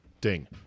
Ding